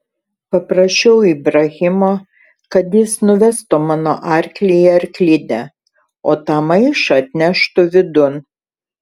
paprašiau ibrahimo kad jis nuvestų mano arklį į arklidę o tą maišą atneštų vidun